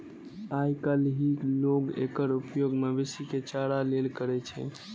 आइकाल्हि लोग एकर उपयोग मवेशी के चारा लेल करै छै